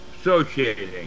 associating